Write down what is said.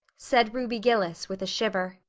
said ruby gillis, with a shiver.